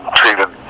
treated